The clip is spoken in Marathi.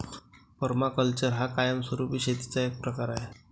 पर्माकल्चर हा कायमस्वरूपी शेतीचा एक प्रकार आहे